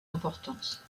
importance